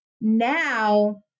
Now